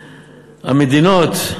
המדינות,